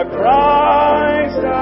Christ